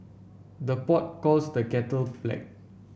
the pot calls the kettle black